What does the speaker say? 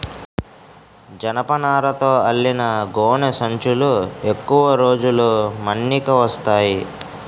జనపనారతో అల్లిన గోనె సంచులు ఎక్కువ రోజులు మన్నిక వస్తాయి